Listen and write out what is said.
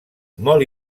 molt